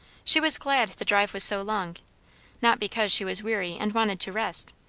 she was glad the drive was so long not because she was weary and wanted to rest,